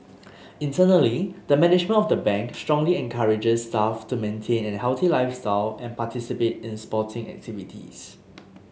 internally the management of the Bank strongly encourages staff to maintain an healthy lifestyle and participate in sporting activities